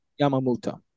Yamamoto